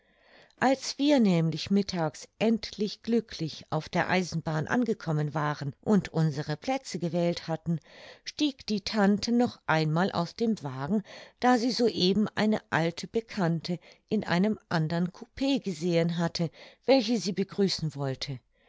als wir nämlich mittags endlich glücklich auf der eisenbahn angekommen waren und unsere plätze gewählt hatten stieg die tante noch einmal aus dem wagen da sie soeben eine alte bekannte in einem andern coup gesehen hatte welche sie begrüßen wollte